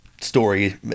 story